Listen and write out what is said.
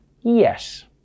yes